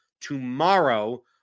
tomorrow